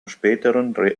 späteren